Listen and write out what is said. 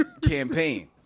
campaign